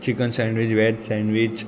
chicken sandwich veg sandwich